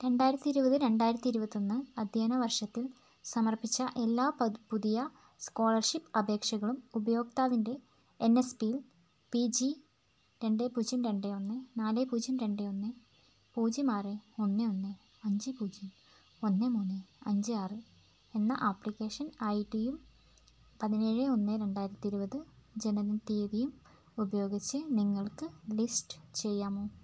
രണ്ടായിരത്തി ഇരുപത് രണ്ടായിരത്തി ഇരുപത്തി ഒന്ന് അദ്ധ്യായന വർഷത്തിൽ സമർപ്പിച്ച എല്ലാ പുതിയ സ്കോളർഷിപ്പ് അപേക്ഷകളും ഉപയോക്താവിൻ്റെ എൻ എസ് പിയിൽ പി ജി രണ്ട് പൂജ്യം രണ്ട് ഒന്ന് നാല് പൂജ്യം രണ്ട് ഒന്ന് പൂജ്യം ആറ് ഒന്ന് ഒന്ന് അഞ്ച് പൂജ്യം ഒന്ന് മൂന്ന് അഞ്ച് ആറും എന്ന ആപ്ലിക്കേഷൻ ഐ ഡിയും പതിനേഴ് ഒന്ന് രണ്ടായിരത്തി ഇരുപത് ജനനത്തീയതിയും ഉപയോഗിച്ച് നിങ്ങൾക്ക് ലിസ്റ്റ് ചെയ്യാമോ